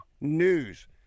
news